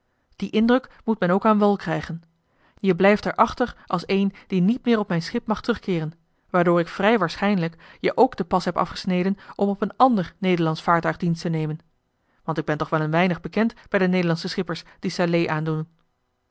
dien indruk moet men ook aan wal krijgen je blijft daar achter als een die niet meer op mijn schip mag terugkeeren waardoor ik vrij waarschijnlijk je ook den pas heb afgesneden om op een ander nederlandsch vaartuig dienst te nemen want ik ben toch wel een weinig bekend bij de nederlandsche schippers die salé aandoen